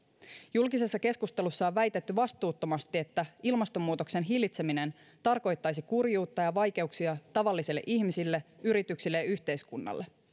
julkisessa keskustelussa on väitetty vastuuttomasti että ilmastonmuutoksen hillitseminen tarkoittaisi kurjuutta ja vaikeuksia tavallisille ihmisille yrityksille ja yhteiskunnalle